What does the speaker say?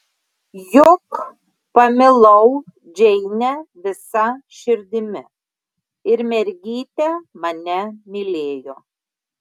juk pamilau džeinę visa širdimi ir mergytė mane mylėjo